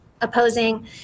opposing